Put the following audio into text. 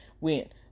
went